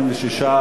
26,